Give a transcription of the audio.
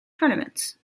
tournaments